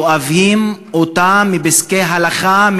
הם שואבים אותן מפסקי הלכה,